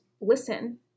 listen